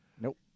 Nope